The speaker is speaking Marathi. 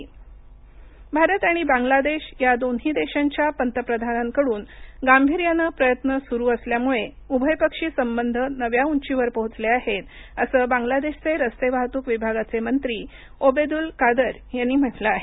भारत बांगलादेश भारत आणि बांगलादेश या दोन्ही देशांच्या पंतप्रधानांकडून गांभीर्यानं प्रयत्न सुरू असल्यामुळे उभयपक्षी संबंध नव्या उंचीवर पोहोचले आहेत असं बांगलादेशचे रस्ते वाहतूक विभागाचे मंत्री ओबेदुल कादर यांनी म्हटलं आहे